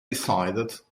decided